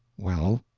well?